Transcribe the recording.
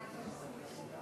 כבוד היושב-ראש,